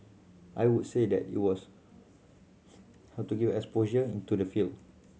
I would say that it was how to gave exposure into the field